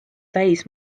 täis